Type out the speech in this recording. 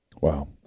Wow